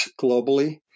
globally